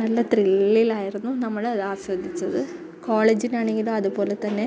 നല്ല ത്രില്ലിലായിരുന്നു നമ്മൾ അത് ആസ്വദിച്ചത് കോളേജിലാണെങ്കിലും അതുപോലെ തന്നെ